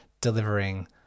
delivering